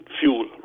fuel